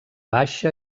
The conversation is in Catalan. baixa